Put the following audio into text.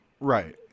Right